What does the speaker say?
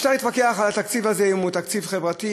אפשר להתווכח על התקציב הזה אם הוא תקציב חברתי,